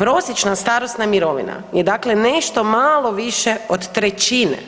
Prosječna starosna mirovina je dakle nešto malo više od trećine